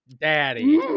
Daddy